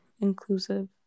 inclusive